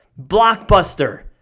Blockbuster